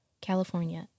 California